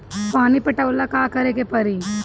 पानी पटावेला का करे के परी?